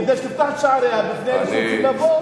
כדי שתפתח את שעריה בפני אלה שרוצים לבוא.